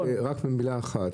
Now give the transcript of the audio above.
רק במילה אחת,